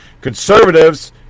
Conservatives